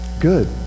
Good